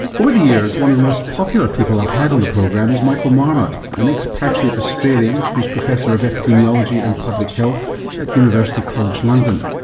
over the years one of the most popular people i've had on the program is michael marmot, an expatriate australian who's professor of epidemiology and public health at university college london.